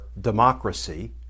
democracy